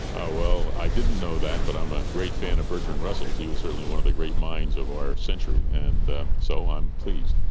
ah well, i didn't know that but i'm a great fan of bertrand russell's, he was certainly one of the great minds of our century, and so i'm pleased.